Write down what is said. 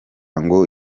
ngo